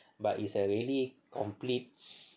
but it's a really complete